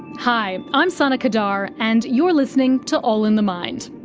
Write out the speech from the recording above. hi, i'm sana qadar, and you're listening to all in the mind.